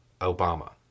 Obama